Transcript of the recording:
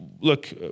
look